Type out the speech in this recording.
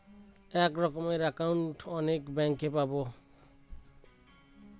এক রকমের একাউন্ট অনেক ব্যাঙ্কে পাবো